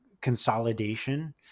consolidation